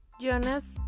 Jonas